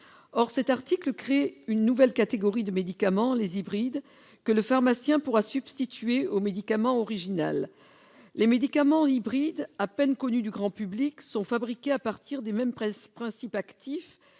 Or cet article crée une nouvelle catégorie de médicaments, les hybrides, que le pharmacien pourra substituer aux médicaments originaux. Les médicaments hybrides, à peine connus du grand public, sont fabriqués à partir des mêmes principes actifs